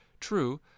True